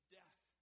death